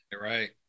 right